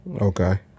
Okay